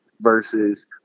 versus